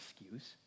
excuse